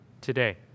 today